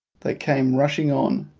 they came rushing on,